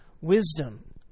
Wisdom